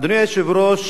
אדוני היושב-ראש,